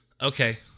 Okay